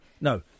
no